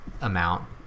amount